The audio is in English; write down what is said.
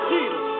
Jesus